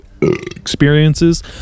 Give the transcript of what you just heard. experiences